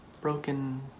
broken